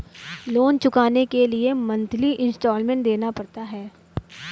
loan चुकाने के लिए मंथली इन्सटॉलमेंट देना पड़ता है